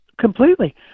completely